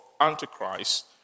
Antichrist